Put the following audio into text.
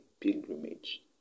pilgrimage